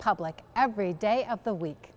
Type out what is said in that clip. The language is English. public every day of the week